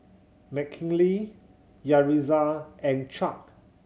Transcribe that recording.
Mckinley Yaritza and Chuck